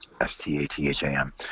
S-T-A-T-H-A-M